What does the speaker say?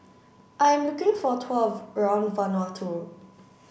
I am looking for a around Vanuatu